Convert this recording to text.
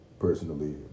personally